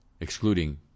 excluding